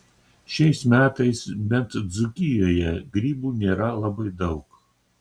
šiais metais bent dzūkijoje grybų nėra labai daug